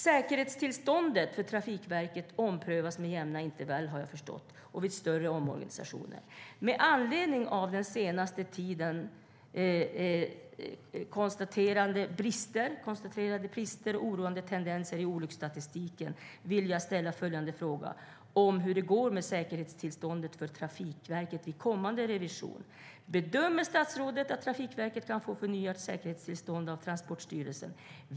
Säkerhetstillståndet för Trafikverket omprövas med jämna intervall, har jag förstått, och vid större omorganisationer. Med anledning av den senaste tidens konstaterade brister och oroande tendenser i olycksstatistiken vill jag fråga hur det går med säkerhetstillståndet för Trafikverket vid kommande revision. Bedömer statsrådet att Trafikverket kan få förnyat säkerhetstillstånd av Transportstyrelsen?